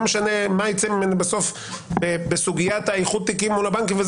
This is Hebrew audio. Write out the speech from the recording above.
משנה מה יצא ממנה בסוף בסוגיית איחוד התיקים מול הבנקים,